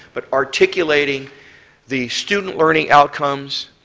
but articulating the student learning outcomes,